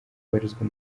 ubarizwa